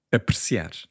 apreciar